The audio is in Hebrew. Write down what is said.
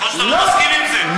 יכול להיות שאתה לא מסכים עם זה,